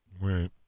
Right